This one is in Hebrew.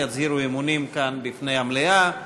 יצהירו אמונים כאן בפני המליאה.